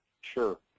sure